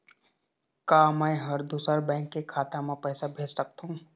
का मैं ह दूसर बैंक के खाता म पैसा भेज सकथों?